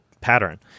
pattern